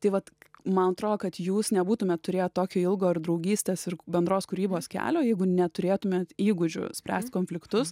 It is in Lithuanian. tai vat man atrodo kad jūs nebūtumėt turėję tokio ilgo ir draugystės ir bendros kūrybos kelio jeigu neturėtumėt įgūdžių spręst konfliktus